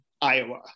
Iowa